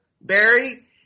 Barry